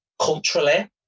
culturally